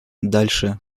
дальше